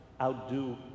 outdo